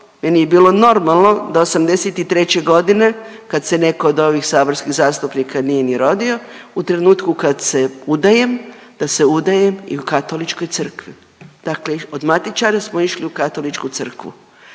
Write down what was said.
je bilo normalno do '83. g. kad se netko od ovih saborskih zastupnika nije ni rodio, u trenutku kad se udajem, da se udajem i u katoličkoj crkvi. Dakle, od matičara smo išli u katoličku crkvu.